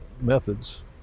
methods